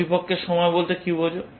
প্রতিপক্ষের সময় বলতে কী বোঝ